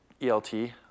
ELT